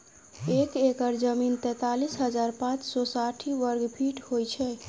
एक एकड़ जमीन तैँतालिस हजार पाँच सौ साठि वर्गफीट होइ छै